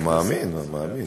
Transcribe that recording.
אני מאמין, מאמין.